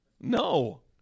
No